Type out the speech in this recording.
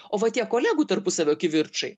o va tie kolegų tarpusavio kivirčai